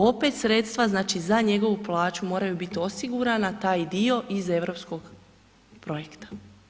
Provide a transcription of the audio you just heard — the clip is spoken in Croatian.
Opet sredstva znači za njegovu plaću moraju biti osigurana taj dio iz europskog projekta.